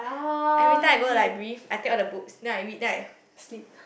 everytime I go library I take all the books then I read then I